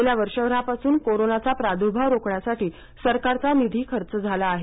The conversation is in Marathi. गेल्या वर्षभरापासून कोरोनाचा प्राद्र्भाव रोखण्यासाठी सरकारचा निधी खर्च झाला आहे